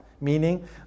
Meaning